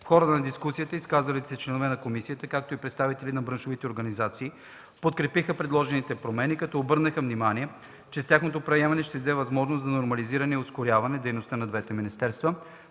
В хода на дискусията изказалите се членове на комисията, както и представителите на браншовите организации подкрепиха предложените промени, като обърнаха внимание, че с тяхното приемане ще се даде възможност за нормализиране и ускоряване на дейността на двете министерства.